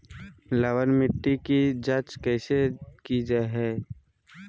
लवन मिट्टी की जच कैसे की जय है?